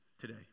today